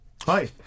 Hi